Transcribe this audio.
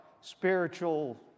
Spiritual